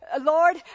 Lord